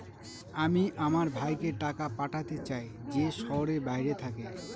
আমি আমার ভাইকে টাকা পাঠাতে চাই যে শহরের বাইরে থাকে